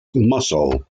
mussel